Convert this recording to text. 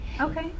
okay